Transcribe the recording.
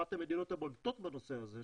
אחת המדינות הבולטות בנושא הזה,